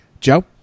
Joe